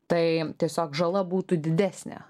tai tiesiog žala būtų didesnė